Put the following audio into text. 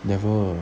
never